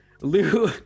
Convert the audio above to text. Lou